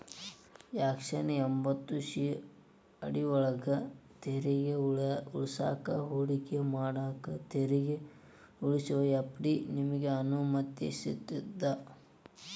section ಎಂಭತ್ತು C ಅಡಿಯೊಳ್ಗ ತೆರಿಗೆ ಉಳಿಸಾಕ ಹೂಡಿಕೆ ಮಾಡಾಕ ತೆರಿಗೆ ಉಳಿಸುವ ಎಫ್.ಡಿ ನಿಮಗೆ ಅನುಮತಿಸ್ತದ